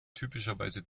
typischerweise